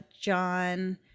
John